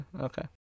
okay